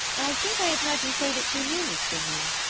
i think i have heard you say that you knew miss bingley.